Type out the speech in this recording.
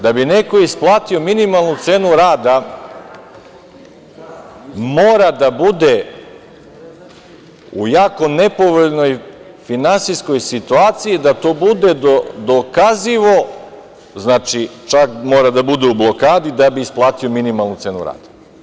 Da bi neko isplatio minimalnu cenu rada mora da bude u jako nepovoljnoj finansijskoj situaciji da to bude dokazivo, čak mora da bude u blokadi da bi isplatio minimalnu cenu rada.